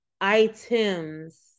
items